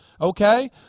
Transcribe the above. okay